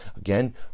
again